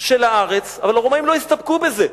של הארץ, אבל הרומאים לא הסתפקו בזה.